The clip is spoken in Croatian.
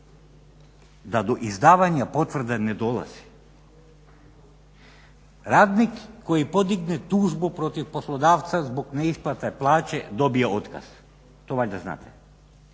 da do izdavanja potvrde ne dolazi. Radnik koji podigne tužbu protiv poslodavca zbog neisplate plaće dobije otkaz, to valjda znate,